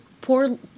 poor